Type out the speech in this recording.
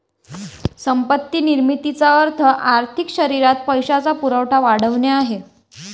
संपत्ती निर्मितीचा अर्थ आर्थिक शरीरात पैशाचा पुरवठा वाढवणे आहे